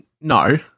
No